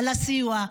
על הסיוע.